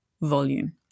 volume